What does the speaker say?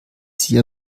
sie